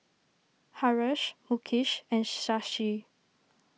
Haresh Mukesh and Shashi